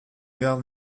garde